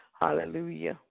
Hallelujah